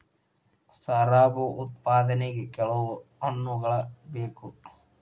ಶರಾಬು ಉತ್ಪಾದನೆಗೆ ಕೆಲವು ಹಣ್ಣುಗಳ ಬೇಕು